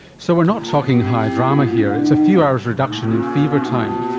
so we're not talking high drama here it's a few hours reduction in fever time.